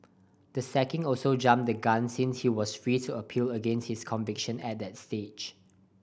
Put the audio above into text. the sacking also jumped the gun since he was free to appeal against his conviction at that stage